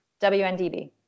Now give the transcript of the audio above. WNDB